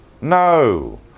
No